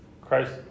Christ